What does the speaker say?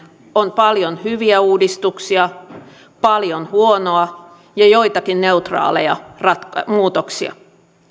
on paljon hyviä uudistuksia paljon huonoa ja joitakin neutraaleja muutoksia